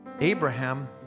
Abraham